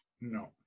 No